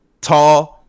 tall